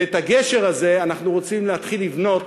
ואת הגשר הזה אנחנו רוצים להתחיל לבנות